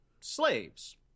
slaves